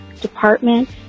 department